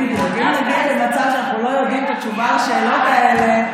אם נגיע למצב שאנחנו לא יודעים את התשובה על השאלות האלה,